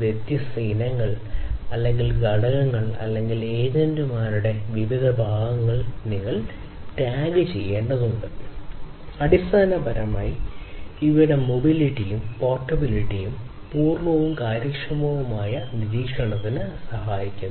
വ്യത്യസ്ത ഇനങ്ങൾ അല്ലെങ്കിൽ ഘടകങ്ങൾ അല്ലെങ്കിൽ ഏജന്റുമാരുടെ വിവിധ ഭാഗങ്ങൾ നിങ്ങൾ ടാഗുചെയ്യേണ്ടതുണ്ട് അടിസ്ഥാനപരമായി ഇവയുടെ മൊബിലിറ്റിയും പോർട്ടബിലിറ്റിയും പൂർണ്ണവും കാര്യക്ഷമവുമായ നിരീക്ഷണത്തിന് സഹായിക്കുന്നു